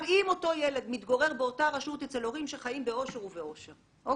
אם אותו ילד מתגורר באותה רשות אצל הורים שחיים בעושר ואושר או